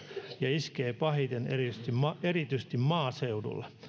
ja iskee pahiten erityisesti maaseudulla